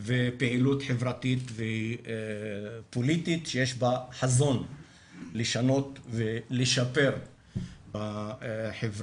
ופעילות חברתית ופוליטית שיש בה חזון לשנות ולשפר בחברה